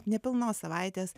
nepilnos savaitės